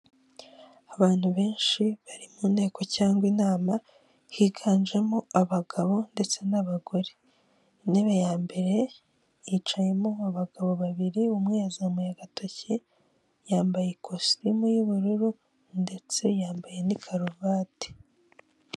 Abantu benshi bari mu nteko cyangwa inama higanjemo abagabo ndetse n'abagore, intebe ya mbere yicayemo abagabo babiri umwe yazamuye agatoki yambaye ikositimu y'ubururu ndetse yambaye n'i karuvati.